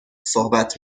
صحبت